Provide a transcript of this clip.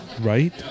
Right